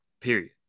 period